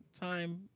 time